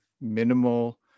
minimal